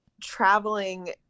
traveling